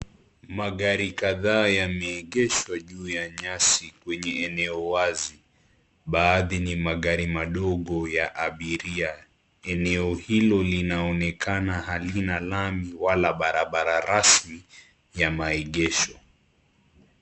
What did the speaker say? Magari kadhaa yameegeshwa juu ya nyasi kwenye eneo wazi, baadhi ni magari madogo ya abiria. Eneo hilo linaonekana halina lami wala barabara rasmi ya maegesho.